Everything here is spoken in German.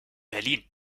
berlin